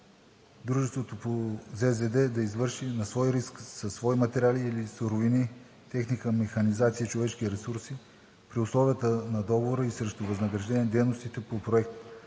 и договорите да извърши на свой риск, със свои материали или суровини, техника, механизация и човешки ресурси, при условията на договора и срещу възнаграждение на дейностите по проектиране